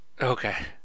Okay